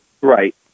Right